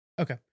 Okay